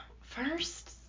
first